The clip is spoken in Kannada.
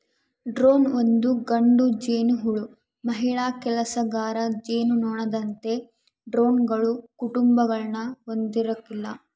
ಡ್ರೋನ್ ಒಂದು ಗಂಡು ಜೇನುಹುಳು ಮಹಿಳಾ ಕೆಲಸಗಾರ ಜೇನುನೊಣದಂತೆ ಡ್ರೋನ್ಗಳು ಕುಟುಕುಗುಳ್ನ ಹೊಂದಿರಕಲ್ಲ